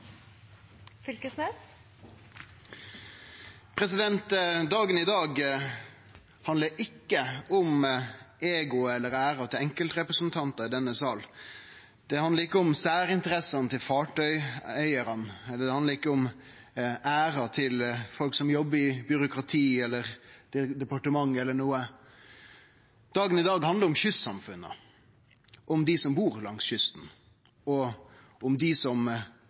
enkeltrepresentantar i denne salen. Han handlar ikkje om særinteressene til eigarane av fartøya, han handlar ikkje om æra til folk som jobbar i byråkrati, departement eller noko slikt. Dagen i dag handlar om kystsamfunna, om dei som bur langs kysten, og om dei som